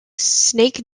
snake